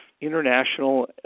international